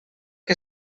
que